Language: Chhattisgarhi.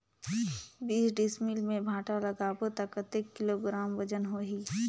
बीस डिसमिल मे भांटा लगाबो ता कतेक किलोग्राम वजन होही?